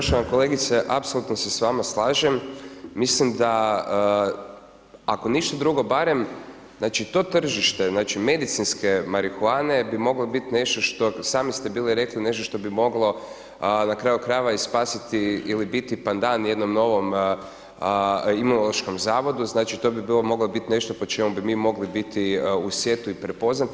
Poštovana kolegice, apsolutno se s vama slažem, mislim da, ako ništa drugo, barem, znači, to tržište, znači, medicinske marihuane bi moglo biti nešto što, sami ste bili rekli, nešto što bi moglo na kraju krajeva i spasiti ili biti pandan jednom novom Imunološkom zavodu, znači, to bi bilo, moglo bit nešto po čemu bi mi mogli biti u svijetu i prepoznati.